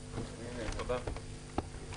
הישיבה ננעלה בשעה 09:35.